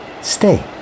stay